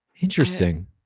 interesting